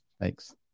Thanks